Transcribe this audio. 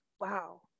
Wow